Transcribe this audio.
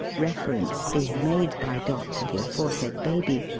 reference being made by dot to the aforesaid baby,